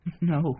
No